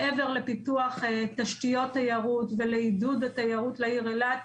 מעבר לפיתוח תשתיות תיירות ולעידוד התיירות לעיר אילת,